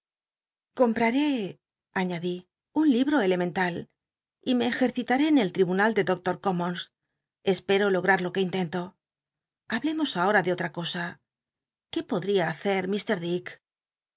comptaré aiiadi un libro elemental y me ejcrcitm en el tribunal de doclo's commons espero lograr lo que intento llablemos ahom de otm cosa qué podl'ia hacer